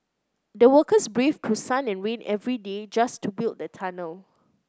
the workers braved through sun and rain every day just to build the tunnel